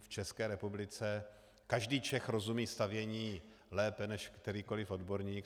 V České republice každý Čech rozumí stavění lépe než kterýkoliv odborník.